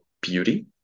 beauty